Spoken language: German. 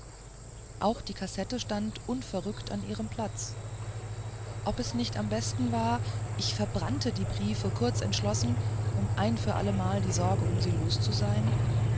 auch die kassette stand unverrückt an ihrem platz ob es nicht am besten war ich verbrannte die briefe kurz entschlossen um ein für allemal die sorge um sie los zu sein